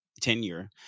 tenure